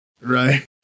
Right